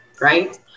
right